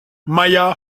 maya